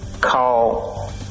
call